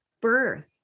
birth